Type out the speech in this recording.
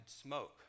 smoke